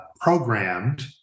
programmed